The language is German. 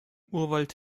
urwald